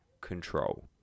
control